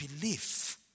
belief